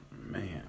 Man